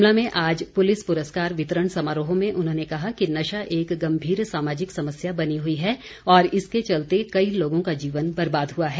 शिमला में आज पुलिस पुरस्कार वितरण समारोह में उन्होंने कहा कि नशा एक गम्भीर सामाजिक समस्या बनी हुई है और इसके चलते कई लोगों का जीवन बर्बाद हुआ है